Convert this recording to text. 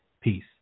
Peace